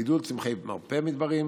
גידול צמחי מרפא מדבריים